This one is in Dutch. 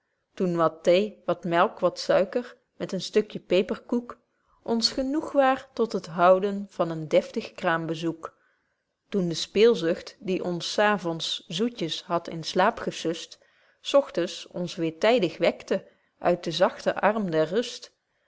toen wat thee wat melk wat suiker met een stukje peperkoek ons genoeg waar tot het houden van een deftig kraambezoek toen de speelzucht die ons s avonds zoetjes had in slaap gesust s ogtens ons weêr tydig wekte uit den zachten arm der rust